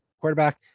quarterback